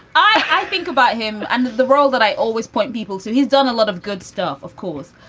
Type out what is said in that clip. i think about him and the role that i always point people so he's done a lot of good stuff, of course.